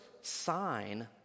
sign